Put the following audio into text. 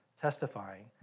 testifying